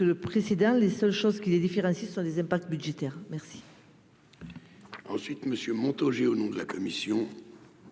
le précédent, les seules choses qui les différencie sur des impacts budgétaires merci. Ensuite, monsieur Montaugé, au nom de la commission